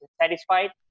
satisfied